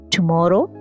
Tomorrow